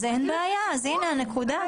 אין בעיה, הנה הנקודה.